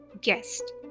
guest